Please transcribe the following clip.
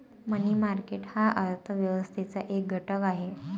मनी market हा अर्थ व्यवस्थेचा एक घटक आहे